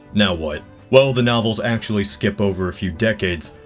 now what? well the novel's actually skip over a few decades?